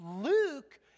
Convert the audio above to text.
Luke